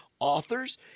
authors